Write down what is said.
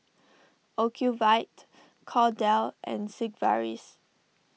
Ocuvite Kordel's and Sigvaris